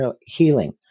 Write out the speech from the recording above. healing